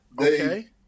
Okay